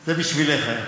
זה בשבילך היה.